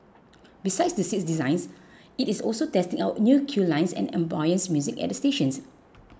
besides the seats designs it is also testing out new queue lines and ambient music at the stations